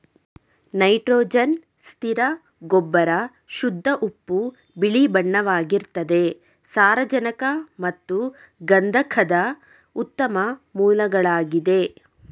nitrogen ಸ್ಥಿರ ಗೊಬ್ಬರ ಶುದ್ಧ ಉಪ್ಪು ಬಿಳಿಬಣ್ಣವಾಗಿರ್ತದೆ ಸಾರಜನಕ ಮತ್ತು ಗಂಧಕದ ಉತ್ತಮ ಮೂಲಗಳಾಗಿದೆ